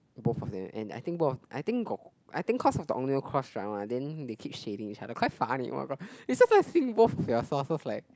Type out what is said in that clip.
both of them and I think both of I think got I think cause of the only drama then they keep shading each other quite funny oh-my-god both of their sources like